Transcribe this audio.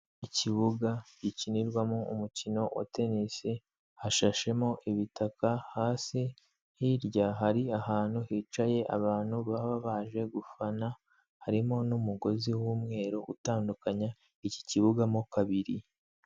Ikibuga gikinirwamo umukino wa tenisi hashashemo ibitaka hasi, hirya hari ahantu hicaye abantu baba baje gufana harimo n'umugozi w'umweru utandukanya iki kibuga mo kabiri.